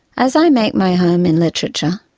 as i make my home in literature,